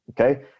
Okay